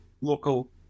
local